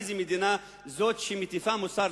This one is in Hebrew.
איזו מדינה זו שמטיפה מוסר,